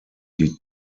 die